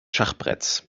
schachbretts